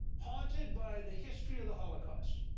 haunted by the history of the holocaust,